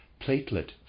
platelet